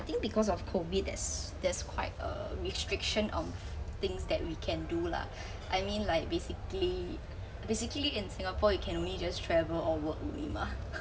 I think because of covid there's there's quite a restriction on things that we can do lah I mean like basically basically in singapore you can only just travel or work only mah